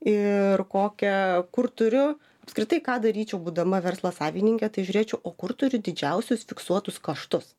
ir kokią kur turiu apskritai ką daryčiau būdama verslo savininkė tai žiūrėčiau o kur turiu didžiausius fiksuotus kaštus